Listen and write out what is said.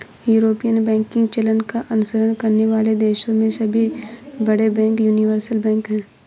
European banking चलन का अनुसरण करने वाले देशों में सभी बड़े बैंक यूनिवर्सल बैंक हैं